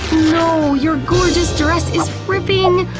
no! your gorgeous dress is ripping!